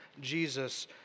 Jesus